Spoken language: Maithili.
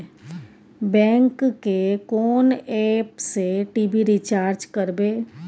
बैंक के कोन एप से टी.वी रिचार्ज करबे?